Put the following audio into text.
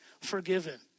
forgiven